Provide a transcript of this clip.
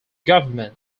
government